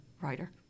writer